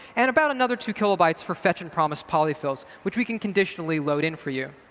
and about another two kilobytes for fetch and promise polyfills, which we can conditionally load in for you.